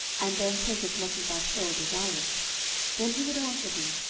and then take as much as thy soul desireth then he would answer him,